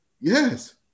Yes